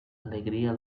alegría